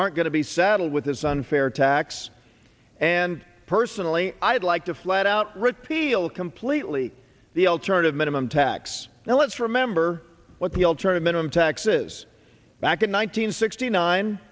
aren't going to be saddled with this unfair tax and personally i'd like to flat out repeal completely the alternative minimum tax now let's remember what the alternative minimum tax is back in one nine hundred sixty nine